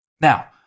Now